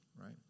right